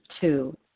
two